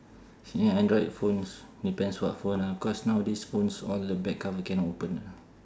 then android phones depends what phone ah cause nowadays phones all the back cover cannot open